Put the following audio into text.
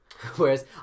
Whereas